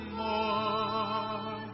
more